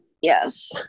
Yes